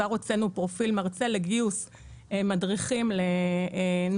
כבר הוצאנו פרופיל מרצה לגיוס מדריכים נוספים.